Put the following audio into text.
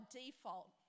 default